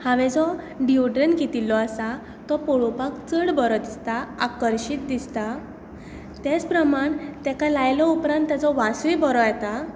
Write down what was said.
हांवें जो डियोड्रंट घेतिल्लो आसा तो पळोवपाक चड बरो दिसता आकर्शित दिसता तेच प्रमाण ताका लायल्या उपरांत ताजो वासूय बरो येता